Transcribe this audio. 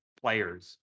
players